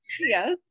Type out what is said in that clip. Yes